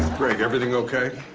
everything okay?